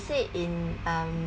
said in um